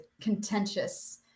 contentious